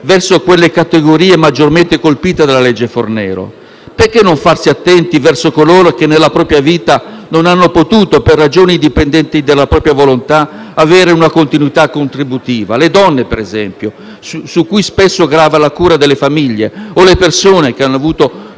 verso quelle categorie maggiormente colpite dalla legge Fornero? Perché non farsi attenti verso coloro che nella propria vita non hanno potuto, per ragioni indipendenti dalla propria volontà, avere una continuità contributiva? Le donne, per esempio, su cui spesso grava la cura nelle famiglie o le persone che hanno avuto